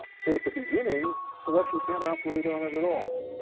so at the beginning selection can't operate on it at all.